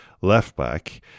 left-back